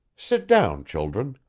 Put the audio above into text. sit down, children.